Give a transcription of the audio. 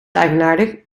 eigenaardig